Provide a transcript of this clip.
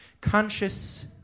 Conscious